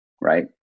right